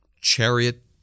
chariot